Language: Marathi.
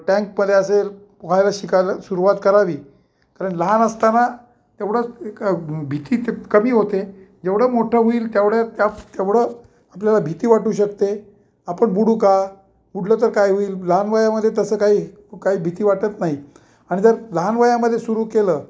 टँकमध्ये असेल पोहायला शिकायला सुरुवात करावी कारण लहान असताना तेवढंच भीती ते कमी होते जेवढं मोठं होईल तेवढं त्या तेवढं आपल्याला भीती वाटू शकते आपण बुडू का बुडलं तर काय होईल लहान वयामध्ये तसं काही काही भीती वाटत नाही आणि जर लहान वयामध्ये सुरू केलं